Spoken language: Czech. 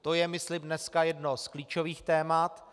To je, myslím, dneska jedno z klíčových témat.